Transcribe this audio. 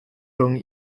rhwng